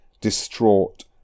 distraught